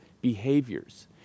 behaviors